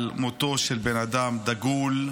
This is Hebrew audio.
על מותו של בן אדם דגול,